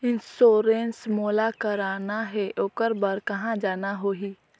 Insurance मोला कराना हे ओकर बार कहा जाना होही?